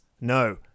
No